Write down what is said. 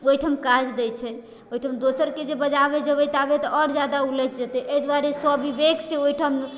ओइठम काज दै छै ओइठाम दोसरके जे बजाबै जेबै ताबे तऽ आओर जादा उलझि जेतै अइ दुआरे स्वविवेकसँ ओइठाम